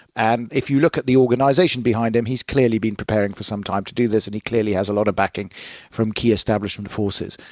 and if you look at the organisation behind him he has clearly been preparing for some time to do this and he clearly has a lot of backing from key establishment forces.